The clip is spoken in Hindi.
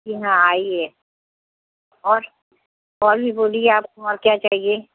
ईहाँ आइए और और भी बोलिए आपको और क्या चाहिए